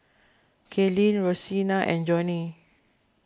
Kaelyn Rosena and Johny